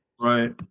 Right